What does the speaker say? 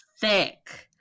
thick